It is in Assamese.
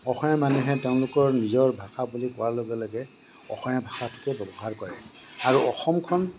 অসমীয়া মানুহে তেওঁলোকৰ নিজৰ ভাষা বুলি কোৱাৰ লগে লগে অসমীয়া ভাষাটোকে ব্য়ৱহাৰ কৰে আৰু অসমখন